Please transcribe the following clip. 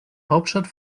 hauptstadt